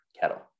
kettle